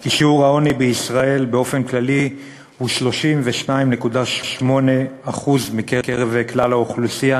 כי שיעור העוני בישראל באופן כללי הוא 32.8% מקרב כלל האוכלוסייה.